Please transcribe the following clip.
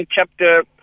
chapter